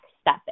step